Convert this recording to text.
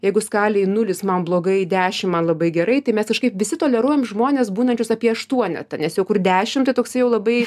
jeigu skalėj nulis man blogai dešim man labai gerai tai mes kažkaip visi toleruojam žmones būnančius apie aštuonetą nes jau kur dešimt toksai jau labai